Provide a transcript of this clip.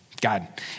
God